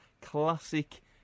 classic